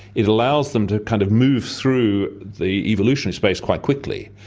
it allows them to kind of move through the evolutionary space quite quickly.